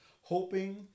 hoping